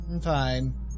Fine